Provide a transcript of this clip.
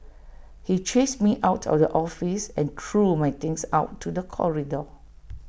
he chased me out of the office and threw my things out to the corridor